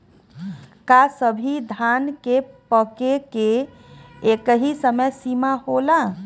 का सभी धान के पके के एकही समय सीमा होला?